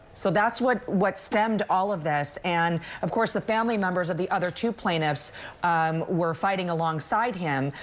so that's what what stemmed all of this, and of course the family members of the other two plaintiffs um were fighting alongside him,